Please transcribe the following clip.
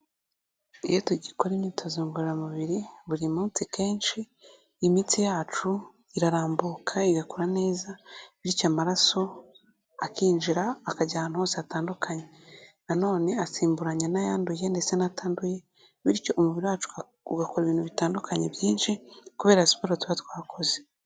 Iyo tugikora imyitozo ngororamubiri buri munsi kenshi, imitsi yacu irarambuka igakura neza, bityo amaraso akinjira akajya ahantu hose hatandukanye. Nanone asimburanya n'ayanduye ndetse n'atanduye, bityo umubiri wacu ugakora ibintu bitandukanye byinshi, kubera siporo tuba twakoze.